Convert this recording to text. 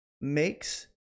makes